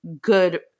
good